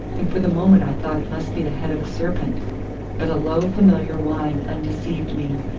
and for the moment i thought it must be the head of a serpent but a low familiar whine undeceived me,